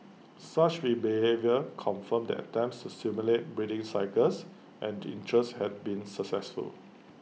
such be behaviour confirmed that attempts to stimulate breeding cycles and interest had been successful